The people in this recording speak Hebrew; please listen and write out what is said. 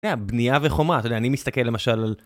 בנייה וחומה, אתה יודע, אני מסתכל למשל...